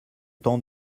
temps